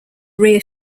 rear